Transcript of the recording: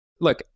Look